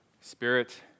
spirit